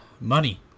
Money